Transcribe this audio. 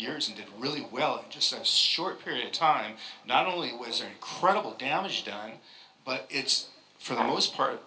years and did really well just a short period of time not only was incredible damage done but it's for the most part